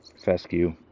fescue